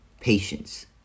Patience